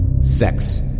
sex